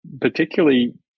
particularly